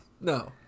No